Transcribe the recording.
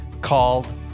called